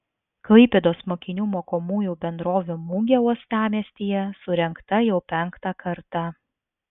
klaipėdos mokinių mokomųjų bendrovių mugė uostamiestyje surengta jau penktą kartą